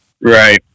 Right